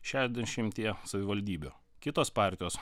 šešiasdešimtyje savivaldybių kitos partijos